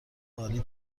عالی